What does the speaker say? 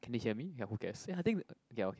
can you hear me ya who cares ya I think okay okay